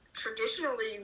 Traditionally